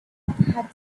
had